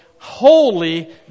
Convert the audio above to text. Holy